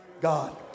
God